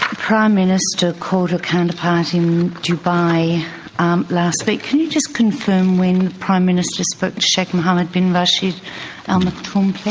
prime minister called her counterpart in dubai um last week. can you just confirm when the prime minister spoke to sheikh mohammed bin rashid al maktoum please?